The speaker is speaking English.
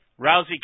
Rousey